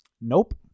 Nope